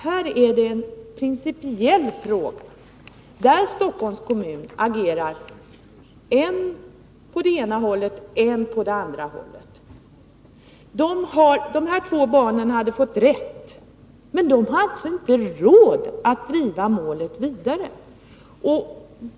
Här är det en principiell fråga, där Stockholms kommun agerar än på det ena hållet, än på det andra hållet. De här två barnen hade fått rätt, men de har inte råd att driva målet vidare.